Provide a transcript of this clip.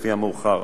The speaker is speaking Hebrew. לפי המאוחר.